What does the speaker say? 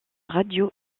radio